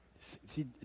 see